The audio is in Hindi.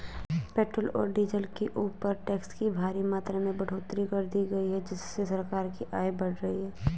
पेट्रोल और डीजल के ऊपर टैक्स की भारी मात्रा में बढ़ोतरी कर दी गई है जिससे सरकार की आय बढ़ रही है